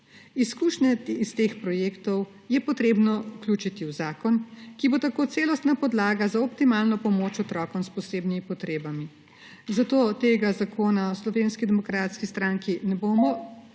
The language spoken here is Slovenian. Izkušnjo iz teh projektov je treba vključiti v zakon, ki bo tako celostna podlaga za optimalno pomoč otrokom s posebnimi potrebami, zato tega zakona v Slovenski demokratski stranki ne bomo